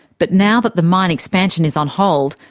but now that the mine expansion is on hold,